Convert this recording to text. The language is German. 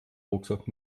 rucksack